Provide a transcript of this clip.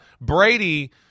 Brady